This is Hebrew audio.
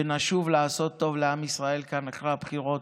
שנשוב לעשות טוב לעם ישראל כאן אחרי הבחירות.